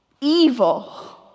evil